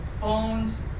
Phones